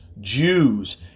Jews